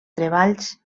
treballs